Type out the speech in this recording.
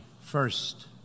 first